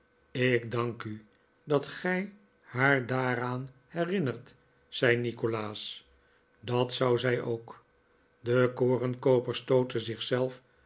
ik dank u dat gij haar daaraan herinnert zei nikolaas dat zou zij ook de korenkooper stootte